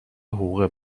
حقوق